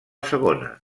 segona